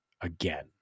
again